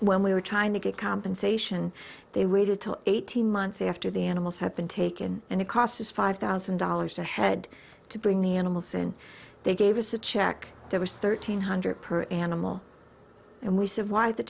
when we were trying to get compensation they were eighteen months after the animals have been taken and it cost us five thousand dollars a head to bring the animals and they gave us a check there was thirteen hundred per animal and we said why the